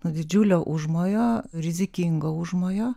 didžiulio užmojo rizikingo užmojo